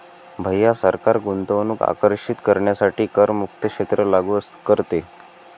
भैया सरकार गुंतवणूक आकर्षित करण्यासाठी करमुक्त क्षेत्र लागू करते